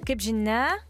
kaip žinia